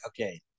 okay